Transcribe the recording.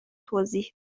توضیح